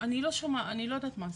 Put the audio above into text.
אני לא יודעת מה זה.